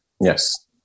Yes